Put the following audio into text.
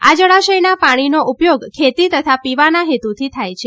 આ જળાશયના પાણીનો ઉપયોગ ખેતી તથા પીવાના હેતુથી થાય છે